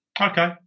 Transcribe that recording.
Okay